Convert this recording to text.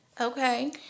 Okay